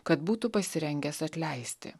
kad būtų pasirengęs atleisti